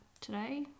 today